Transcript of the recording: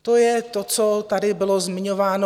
To je to, co tady bylo zmiňováno.